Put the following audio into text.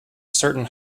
certain